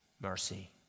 Mercy